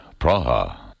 Praha